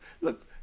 Look